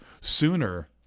sooner